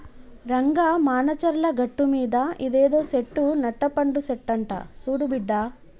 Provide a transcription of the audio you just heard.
రంగా మానచర్ల గట్టుమీద ఇదేదో సెట్టు నట్టపండు సెట్టంట సూడు బిడ్డా